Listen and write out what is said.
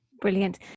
Brilliant